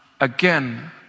again